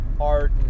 art